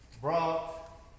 brought